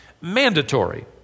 mandatory